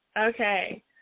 Okay